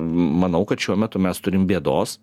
manau kad šiuo metu mes turim bėdos